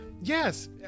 yes